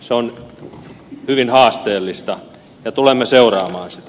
se on hyvin haasteellista ja tulemme seuraamaan sitä